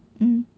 mm